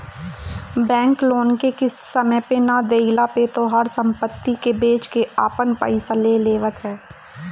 bank loan के किस्त समय पे ना देहला पे तोहार सम्पत्ति के बेच के आपन पईसा ले लेवत ह